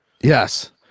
yes